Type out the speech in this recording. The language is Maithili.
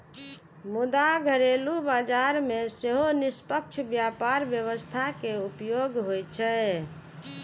मुदा घरेलू बाजार मे सेहो निष्पक्ष व्यापार व्यवस्था के उपयोग होइ छै